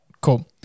Cool